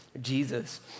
Jesus